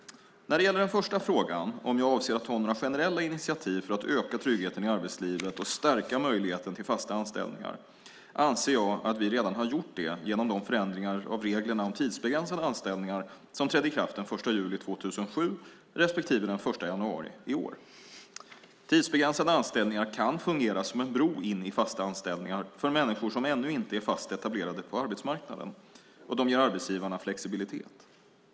När det gäller den första frågan, om jag avser att ta några generella initiativ för att öka tryggheten i arbetslivet och stärka möjligheten till fasta anställningar, anser jag att vi redan har gjort det genom de förändringar av reglerna om tidsbegränsade anställningar som trädde i kraft den 1 juli 2007 respektive den 1 januari i år. Tidsbegränsade anställningar kan fungera som en bro in i fasta anställningar för människor som ännu inte är fast etablerade på arbetsmarknaden och de ger arbetsgivarna flexibilitet.